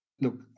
look